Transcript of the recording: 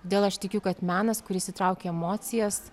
todėl aš tikiu kad menas kuris įtraukia emocijas